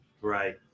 right